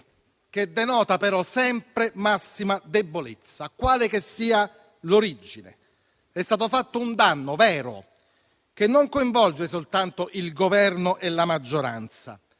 che denota però sempre massima debolezza. Quale che sia l'origine, è stato fatto un danno vero, che non coinvolge soltanto il Governo e la maggioranza,